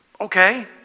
Okay